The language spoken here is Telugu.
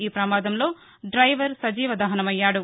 ఈ ప్రమాదంలో డైవర్ సజీవ దహనమయ్యాడు